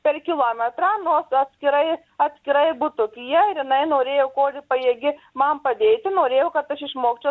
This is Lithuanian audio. per kilometrą nuo atskirai atskirai butukyje ir jinai norėjo kol pajėgi man padėti norėjo kad aš išmokčiau